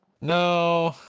No